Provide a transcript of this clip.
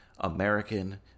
American